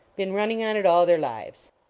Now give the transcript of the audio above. been running on it all their lives.